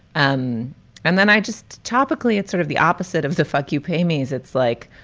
um and then i just topically, it's sort of the opposite of the fuck you pay me is it's like.